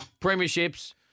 Premierships